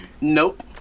Nope